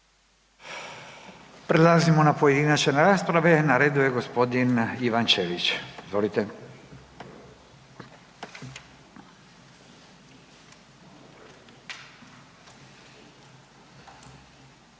Prelazimo na pojedinačne rasprave. Na redu je g. Ivan Ćelić. Izvolite.